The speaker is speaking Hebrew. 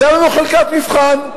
חלקת מבחן.